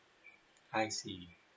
I see